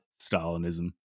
Stalinism